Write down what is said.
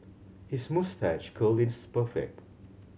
his moustache curl is perfect